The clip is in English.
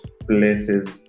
places